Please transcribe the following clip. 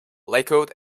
lakewood